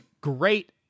great